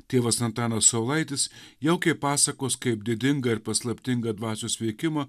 tėvas antanas saulaitis jaukiai pasakos kaip didingą ir paslaptingą dvasios veikimą